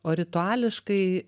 o rituališkai